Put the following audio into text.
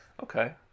Okay